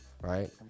right